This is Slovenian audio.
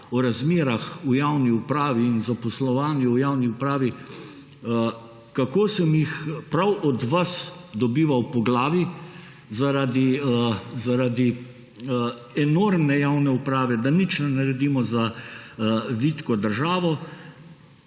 o razmerah v javni upravi in zaposlovanju v javni upravi, kako sem jih prav od vas dobival po glavi zaradi enormne javne uprave, da nič ne naredimo za vitko državo.